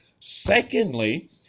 secondly